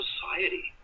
society